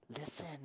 listen